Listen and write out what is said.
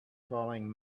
fallen